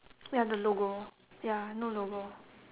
we have the logo ya no logo